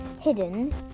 hidden